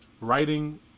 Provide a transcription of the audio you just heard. writing